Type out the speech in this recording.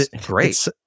great